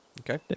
Okay